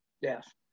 yes